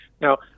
Now